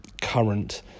current